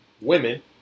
women